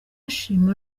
ashima